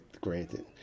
granted